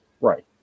Right